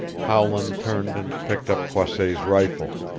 howland turned and picked up croisset's rifle.